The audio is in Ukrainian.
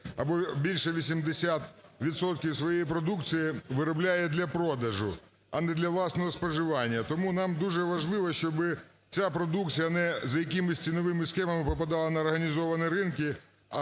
або більше 80 відсотків своєї продукції виробляє для продажу, а не для власного споживання. Тому нам дуже важливо, щоб ця продукція не за якимись ціновими схемами попадала на організовані ринки,